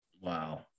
Wow